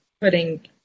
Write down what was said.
Putting